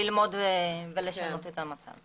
אמרתי שאנחנו עורכים עבודת מטה כדי ללמוד ולשנות את המצב.